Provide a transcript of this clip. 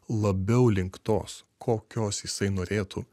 labiau link tos kokios jisai norėtų